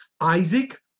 Isaac